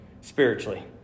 spiritually